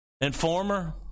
Informer